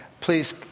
Please